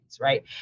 right